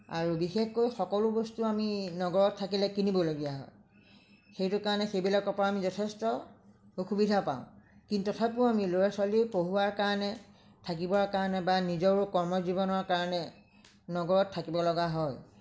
আৰু বিশেষকৈ সকলো বস্তু আমি নগৰত থাকিলে কিনিবলগীয়া হয় সেইটো কাৰণে সেইবিলাকৰ পৰা আমি যথেষ্ট অসুবিধা পাওঁ কিন্তু তথাপিও আমি ল'ৰা ছোৱালী পঢ়োৱাৰ কাৰণে থাকিবৰ কাৰণে বা নিজৰো কৰ্ম জীৱনৰ কাৰণে নগৰত থাকিবলগা হয়